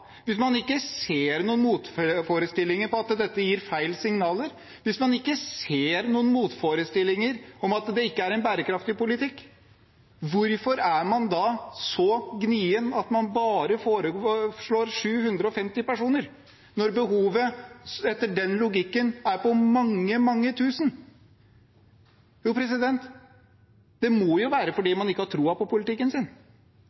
at dette gir feil signaler, hvis man ikke ser noen motforestillinger mot at det ikke er en bærekraftig politikk: Hvorfor er man da så gnien at man bare foreslår 750 personer, når behovet etter den logikken er på mange, mange tusen? Jeg kan ikke fatte det. Det må være fordi man ikke har tro på politikken sin.